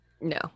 No